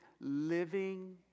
living